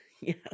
Yes